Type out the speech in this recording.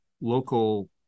local